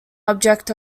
object